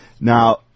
Now